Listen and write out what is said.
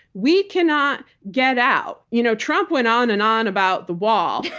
we cannot get out. you know trump went on and on about the wall,